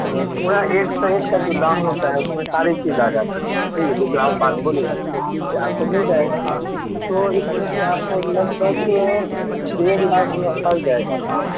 تو پورا ایک سیٹ کا جو دام ہوتا ہے اس میں ساری چیز آ جاتا ہے ٹھیک ہے وہ جو آپ بات بولے ہیں نہ وہ ٹھیک سے آپ کو مل جائے گا تو اس میں سے آپ کو لگ بھگ ڈیڑھ لاکھ میں پڑ جائے گا آپ کو